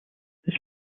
this